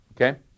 okay